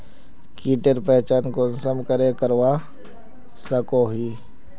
कीटेर पहचान कुंसम करे करवा सको ही?